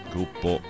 Gruppo